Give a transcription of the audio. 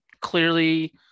clearly